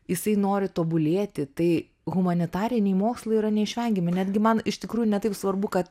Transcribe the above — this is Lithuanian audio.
jisai nori tobulėti tai humanitariniai mokslai yra neišvengiami netgi man iš tikrųjų ne taip svarbu kad